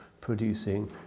producing